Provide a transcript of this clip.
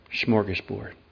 smorgasbord